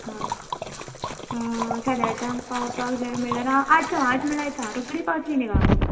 हय साडे आठाक पावपाक जाय म्हल्यार आठ सवा आठ म्हटल्या येता रोकडी पावताली न्ही गो आमी